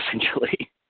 essentially